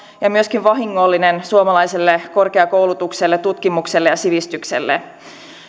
ja myöskin vahingollinen suomalaiselle korkeakoulutukselle tutkimukselle ja sivistykselle